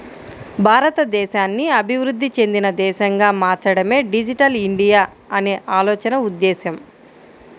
భారతదేశాన్ని అభివృద్ధి చెందిన దేశంగా మార్చడమే డిజిటల్ ఇండియా అనే ఆలోచన ఉద్దేశ్యం